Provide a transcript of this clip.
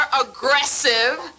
aggressive